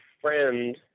friend